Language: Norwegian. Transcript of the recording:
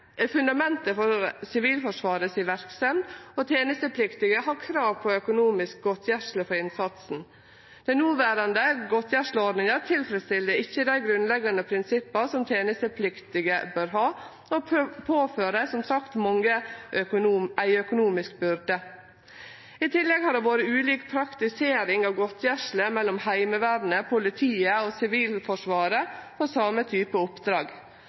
fundamentet for Sivilforsvaret si verksemd, og tenestepliktige har krav på økonomisk godtgjersle for innsatsen. Den noverande godtgjersleordninga tilfredsstiller ikkje dei grunnleggjande prinsippa som tenestepliktige bør ha, og påfører som sagt mange ei økonomisk byrde. I tillegg har det vore ulik praktisering av godtgjersle mellom Heimevernet, politiet og Sivilforsvaret på same type oppdrag.